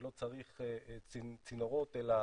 שלא צריך צינורות אלא